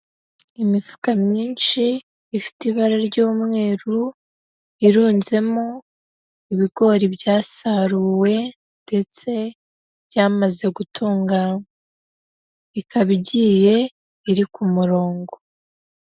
Imifuka myinshi ifite ibara ry'umweru, irunzemo ibigori byasaruwe ndetse byamaze gutunganywa, ikaba igiye iri ku murongo.